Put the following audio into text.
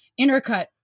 intercut